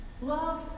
love